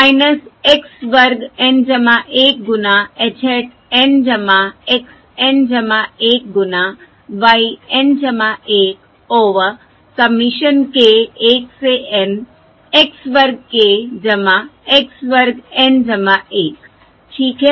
वह है x वर्ग N 1 गुना h hat N x N 1 गुना y N 1 over summation k 1 से N x वर्ग k x वर्ग N 1 ठीक है